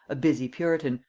a busy puritan,